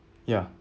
ya